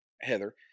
Heather